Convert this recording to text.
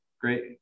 Great